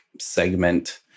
segment